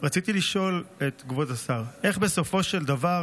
רציתי לשאול את כבוד השר: בסופו של דבר,